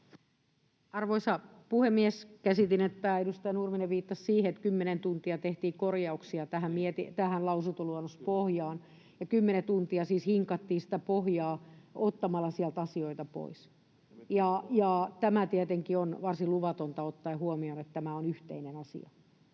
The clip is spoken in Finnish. Arvoisa puhemies! Käsitin, että edustaja Nurminen viittasi siihen, että kymmenen tuntia tehtiin korjauksia lausuntoluonnospohjaan, [Ilmari Nurminen: Kyllä!] kymmenen tuntia siis hinkattiin sitä pohjaa ottamalla sieltä asioita pois. Tämä tietenkin on varsin luvatonta ottaen huomioon, että tämä on yhteinen asia.